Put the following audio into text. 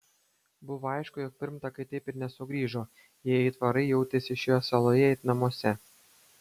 buvo aišku jog pirmtakai taip ir nesugrįžo jei aitvarai jautėsi šioje saloje it namuose